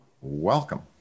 welcome